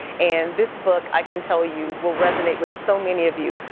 and this book i can tell you will resonate with so many of you.